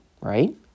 right